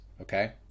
okay